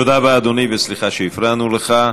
תודה רבה, אדוני, וסליחה שהפרענו לך.